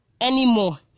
anymore